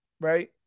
right